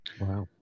Wow